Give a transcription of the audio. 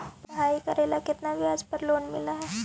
पढाई करेला केतना ब्याज पर लोन मिल हइ?